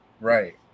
Right